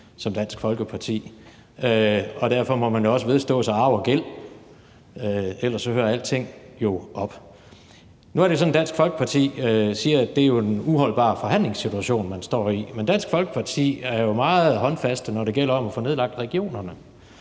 som Dansk Folkeparti, og derfor må man jo også vedstå sig arv og gæld. Ellers hører alting jo op. Nu er det sådan, at Dansk Folkeparti siger, at det er en uholdbar forhandlingssituation, man står i, men Dansk Folkeparti er jo meget håndfaste, når det gælder om at få nedlagt regionerne.